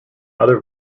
other